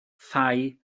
thai